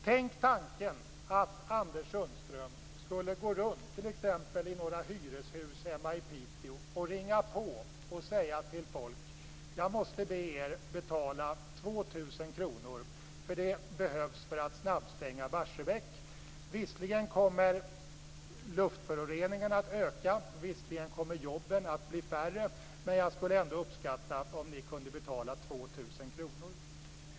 Tänk tanken att Anders Sundström skulle gå runt i några hyreshus hemma i Piteå och ringa på och säga till folk: Jag måste be er betala 2 000 kr, som behövs för att snabbstänga Barsebäck. Visserligen kommer luftföroreningarna att öka, och visserligen kommer jobben att bli färre, men jag skulle ändå uppskatta om ni kunde betala 2 000 kr.